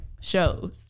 shows